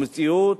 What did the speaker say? המציאות,